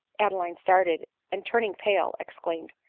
adeline started and, turning pale, exclaimed,